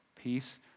peace